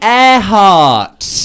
Earhart